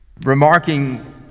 Remarking